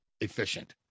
efficient